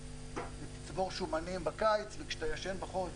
צבור שומנים בקיץ וכשאתה ישן בחורף